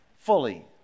fully